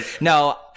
No